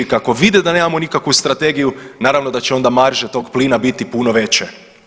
I kako vide da nemamo nikakvu strategiju naravno da će onda marže tog plina biti puno veće.